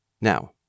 Now